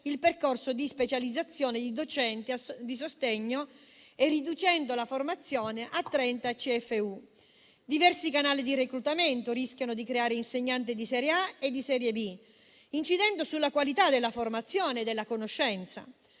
il percorso di specializzazione di docenti di sostegno e riducendo la formazione a 30 crediti formativi universitari (CFU). Diversi canali di reclutamento rischiano di creare insegnanti di serie A e di serie B, incidendo sulla qualità della formazione e della conoscenza.